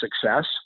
success